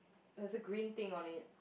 has a green thing on it